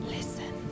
Listen